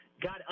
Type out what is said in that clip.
got